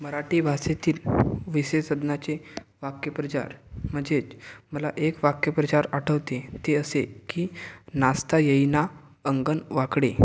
मराठी भाषेतील विशेषज्ञाचे वाक्यप्रचार म्हणजे मला एक वाक्यप्रचार आठवते ते असे की नाचता येईना अंगण वाकडे